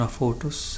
photos